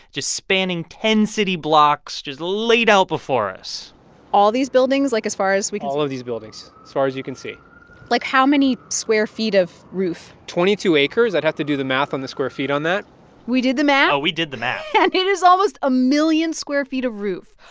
just spanning ten city blocks just laid out before us all these buildings, like, as far as we can. all of these buildings as far as you can see like, how many square feet of roof? twenty-two acres. i'd have to do the math on the square feet on that we did the math oh, we did the math and it is almost a million square feet of roof,